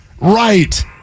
right